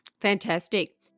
Fantastic